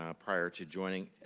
um prior to joining